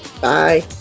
Bye